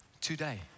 Today